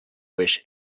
wish